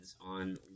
on